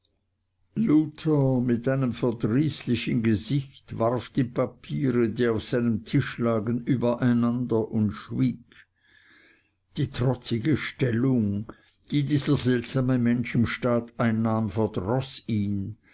mit einem verdrießlichen gesicht warf die papiere die auf seinem tisch lagen übereinander und schwieg die trotzige stellung die dieser seltsame mensch im staat einnahm verdroß ihn